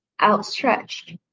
outstretched